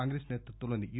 కాంగ్రెస్ నాయకత్వంలోని యు